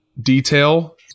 detail